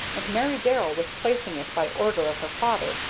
and mary darrell was placing it by order of her father,